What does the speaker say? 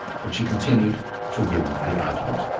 but she continued to win the argument.